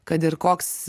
kad ir koks